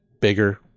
bigger